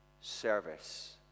service